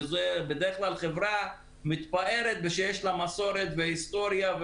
ובדרך כלל חברה מתפארת שיש לה מסורת והיסטוריה.